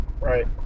Right